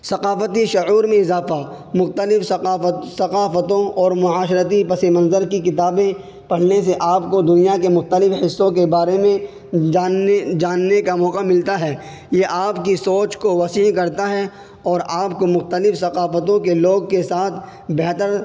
ثقافتی شعور میں اضافہ مختلف ثقافتوں اور معاشرتی پس منظر کی کتابیں پڑھنے سے آپ کو دنیا کے مکتلف حصوں کے بارے میں جاننے جاننے کا موقع ملتا ہے یہ آپ کی سوچ کو وسیع کرتا ہے اور آپ کو مختلف ثقافتوں کے لوگ کے ساتھ بہتر